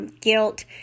guilt